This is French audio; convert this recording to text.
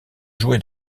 joué